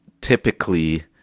typically